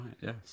yes